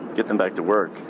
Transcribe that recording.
get them back to work,